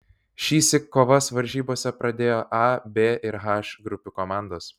šįsyk kovas varžybose pradėjo a b ir h grupių komandos